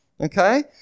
Okay